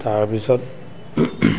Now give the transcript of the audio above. তাৰপিছত